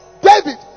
David